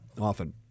often